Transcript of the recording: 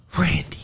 Randy